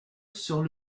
sur